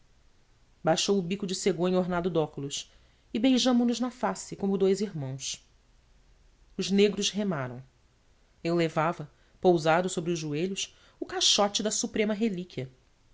baixou o bico de cegonha ornado de óculos e beijamo nos na face como dous irmãos os negros remaram eu levava pousado sobre os joelhos o caixote da suprema relíquia